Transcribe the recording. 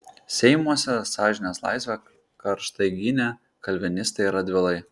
seimuose sąžinės laisvę karštai gynė kalvinistai radvilai